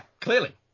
Clearly